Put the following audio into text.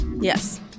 Yes